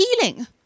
healing